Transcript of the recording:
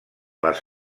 les